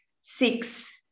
six